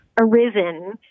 arisen